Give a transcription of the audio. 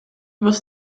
was